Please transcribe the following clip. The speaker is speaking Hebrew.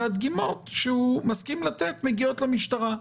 והדגימות שהוא מסכים לתת מגיעות למשטרה.